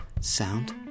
Sound